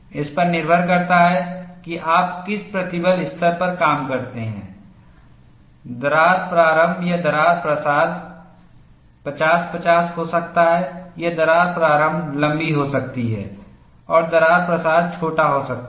इस पर निर्भर करता है कि आप किस प्रतिबल स्तर पर काम करते हैं दरार प्रारंभ या दरार प्रसार 50 50 हो सकता है या दरार प्रारंभ लंबी हो सकती है और दरार प्रसार छोटा हो सकता है